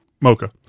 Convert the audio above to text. Mocha